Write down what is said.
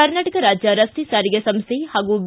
ಕರ್ನಾಟಕ ರಾಜ್ಯ ರಸ್ತೆ ಸಾರಿಗೆ ಸಂಸ್ಥೆ ಹಾಗೂ ಬಿ